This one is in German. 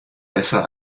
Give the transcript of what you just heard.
besser